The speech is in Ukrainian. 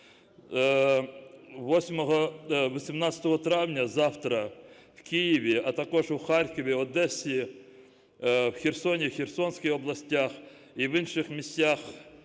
18 травня, завтра, в Києві, а також у Харкові, Одесі, в Херсоні і Херсонській областях, і в інших місцях